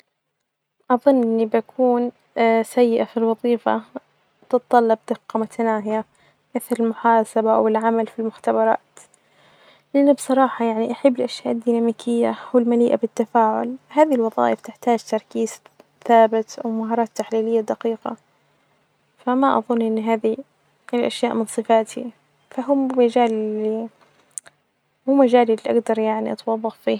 أظن إني بكون سيئة في الوظيفة تتطلب دقة متناهية مثل المحاسبة أو العمل في مختبرات لإني بصراحة أحب الأشياء الديناميكية والمليئة بالتفاعل هذه الوظائف تحتاج تركيز ثابت ومهارات تحليلية دقيقة، فما أظن إن هذه الأشياء من صفاتي فهو مو -مو مجالي يعني اللي أجدر أتوظف فية.